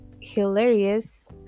hilarious